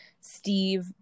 steve